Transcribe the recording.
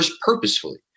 purposefully